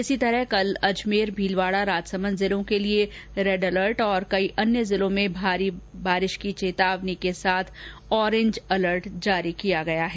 इसी प्रकार कल अजमेर भीलवाड़ा राजसमन्द जिलों के लिए रेड अलर्ट तथा कई अन्य जिलों में भारी वर्षा की चेतावनी के साथ ऑरेंज अलर्ट जारी किया गया है